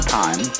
time